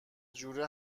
جوره